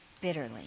bitterly